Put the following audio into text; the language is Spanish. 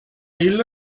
isla